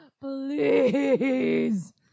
please